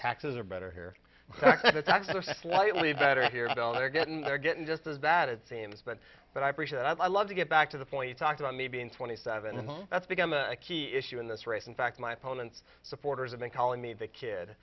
taxes are better here leave better here they're getting they're getting just as that it seems but but i appreciate i'd love to get back to the point you talked about me being twenty seven and that's become a key issue in this race in fact my opponent's supporters have been calling me the kid